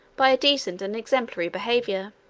by a decent and exemplary behavior.